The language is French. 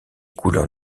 couleurs